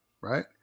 right